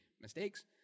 mistakes